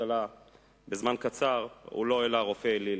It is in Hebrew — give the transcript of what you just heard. האבטלה בזמן קצר אינו אלא רופא אליל.